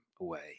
away